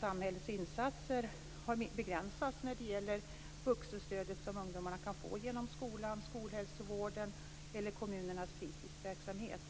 Samhällets insatser har begränsats när det gäller det vuxenstöd som ungdomarna kan få genom skolan, skolhälsovården och kommunernas fritidsverksamhet.